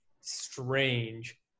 strange